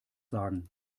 sagen